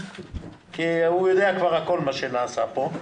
הוא כבר יודע כל מה שנעשה פה,